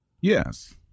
Yes